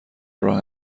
راه